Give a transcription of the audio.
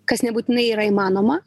kas nebūtinai yra įmanoma